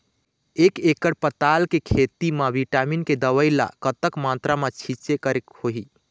एक एकड़ पताल के खेत मा विटामिन के दवई ला कतक मात्रा मा छीचें करके होही?